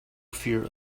fear